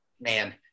man